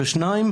ודבר שני,